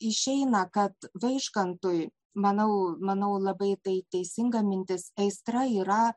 išeina kad vaižgantui manau manau labai tai teisinga mintis aistra yra